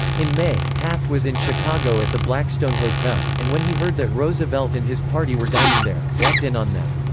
in may, taft was in chicago at the blackstone hotel, and when he heard that roosevelt and his party were dining there, walked in on them.